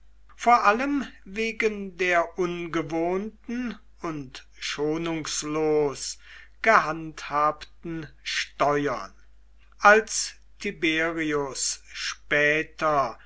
vor allem wegen der ungewohnten und schonungslos gehandhabten steuern als tiberius später